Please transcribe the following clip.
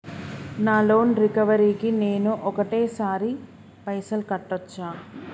నా loan recovery కి నేను ఒకటేసరి పైసల్ కట్టొచ్చా?